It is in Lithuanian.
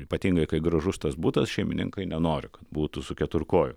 ypatingai kai gražus tas butas šeimininkai nenori kad būtų su keturkoju